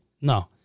No